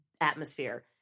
atmosphere